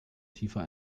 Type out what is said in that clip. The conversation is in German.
tiefer